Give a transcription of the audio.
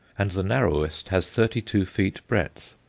and the narrowest has thirty-two feet breadth.